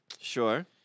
Sure